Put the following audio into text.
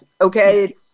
Okay